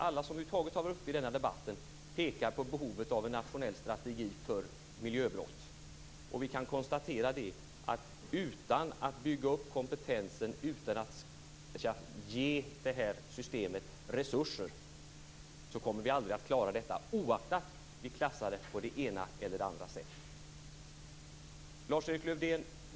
Alla som har varit uppe i denna debatt pekar på behovet av en nationell strategi för miljöbrott. Vi kan konstatera att utan att bygga upp kompetensen och utan att ge det här systemet resurser kommer vi aldrig att klara detta, oaktat vi klassar det på det ena eller det andra sättet.